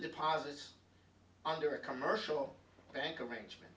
deposit under a commercial bank arrangement